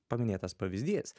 paminėtas pavyzdys